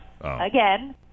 again